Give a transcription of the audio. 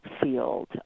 field